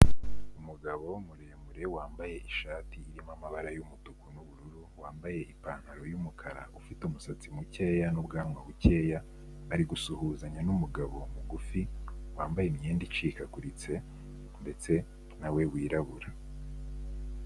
Umugabo muremure wambaye ishati irimo amabara y'umutuku n'ubururu, wambaye ipantaro y'umukara ufite umusatsi mukeya n'ubwanwa bukeya, ari gusuhuzanya n'umugabo mugufi wambaye imyenda icikaguritse ndetse na we wirabura.